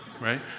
right